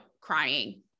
crying